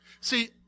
See